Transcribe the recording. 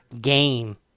game